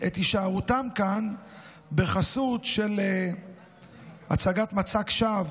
את הישארותם כאן בחסות של הצגת מצג שווא